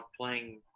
playing